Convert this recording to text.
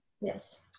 Yes